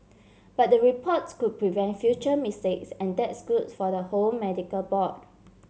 but the reports could prevent future mistakes and that's good for the whole medical board